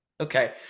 Okay